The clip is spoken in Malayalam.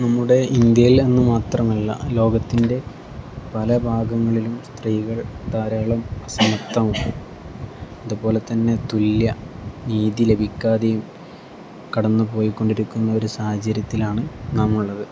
നമ്മുടെ ഇന്ത്യയിൽ എന്ന് മാത്രമല്ല ലോകത്തിൻ്റെ പല ഭാഗങ്ങളിലും സ്ത്രീകൾ ധാരാളം അസമത്വവും അതുപോലെത്തന്നെ തുല്യ നീതി ലഭിക്കാതെയും കടന്ന് പോയിക്കൊണ്ടിരിക്കുന്ന ഒരു സാഹചര്യത്തിലാണ് നാമുള്ളത്